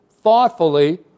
thoughtfully